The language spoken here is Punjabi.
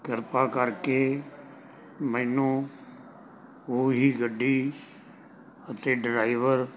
ਕਿਰਪਾ ਕਰਕੇ ਮੈਨੂੰ ਉਹ ਹੀ ਗੱਡੀ ਅਤੇ ਡਰਾਈਵਰ